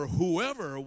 whoever